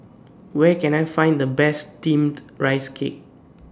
Where Can I Find The Best Steamed Rice Cake